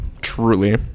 Truly